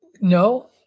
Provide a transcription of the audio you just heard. No